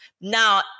Now